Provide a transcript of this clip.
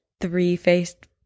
three-faced